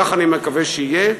כך אני מקווה שיהיה,